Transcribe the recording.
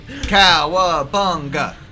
Cowabunga